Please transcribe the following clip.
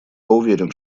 уверен